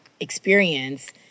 experience